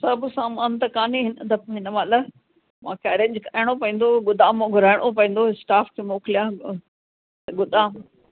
सभु सामानु त कान्हे हिन द हिन महिल मूंखे अरेंज कराइणो पवंदो गोदाम मं घुराइणो पवंदो स्टाफ़ खे मोकिलियां गोदाम